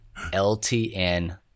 LTN